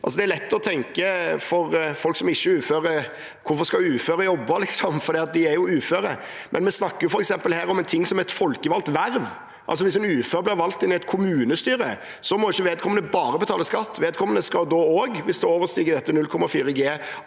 Det er lett å tenke for folk som ikke er uføre: Hvorfor skal uføre jobbe, for de er jo uføre? Men vi snakker her om slike ting som f.eks. et folkevalgt verv. Hvis en ufør blir valgt inn i et kommunestyre, må vedkommende ikke bare betale skatt. Vedkommende skal da – hvis en overstiger denne